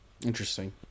interesting